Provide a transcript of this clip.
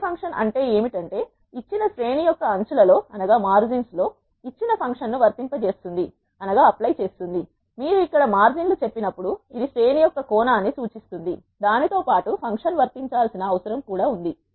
apply function అంటే ఏమిటంటే ఇచ్చిన శ్రేణి యొక్క అంచులలో ఇచ్చిన ఫంక్షన్ను వర్తింపజేస్తుంది మీరు ఇక్కడ మార్జిన్లు చెప్పినప్పుడు ఇది శ్రేణి యొక్క కోణాన్ని సూచిస్తుంది దానితో పాటు ఫంక్షన్ వర్తించాల్సిన అవసరం ఉంది